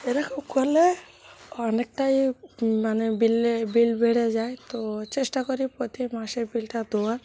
এরকম করলে অনেকটাই মানে বিলে বিল বেড়ে যায় তো চেষ্টা করি প্রতি মাসে বিলটা দেওয়ার